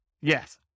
Yes